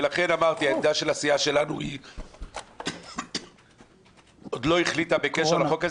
ולכן אמרתי שהעמדה של הסיעה שלנו היא שהיא עוד לא החלטה בקשר לחוק הזה,